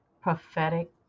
Prophetic